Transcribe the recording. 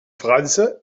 france